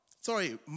Sorry